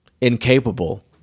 Incapable